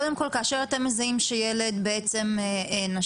קודם כל אחרי שאתם מזהים שילד בעצם נשר,